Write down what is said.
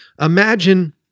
imagine